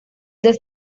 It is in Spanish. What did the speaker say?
dos